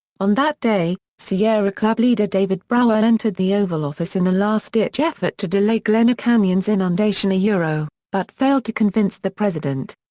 on that day, sierra club leader david brower entered the oval office in a last-ditch effort to delay glen canyon's inundation yeah but failed to convince the president.